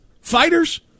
fighters